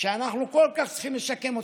שאנחנו צריכים כל כך לשקם,